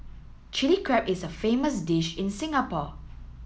Chilli Crab is a famous dish in Singapore